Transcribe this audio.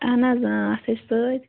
اَہَن حظ اَتھ ہے چھُ سۭتۍ